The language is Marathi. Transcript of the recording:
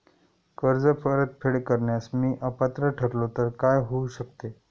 कर्ज परतफेड करण्यास मी अपात्र ठरलो तर काय होऊ शकते?